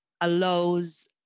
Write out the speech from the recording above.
allows